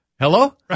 Hello